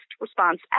response